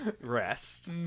Rest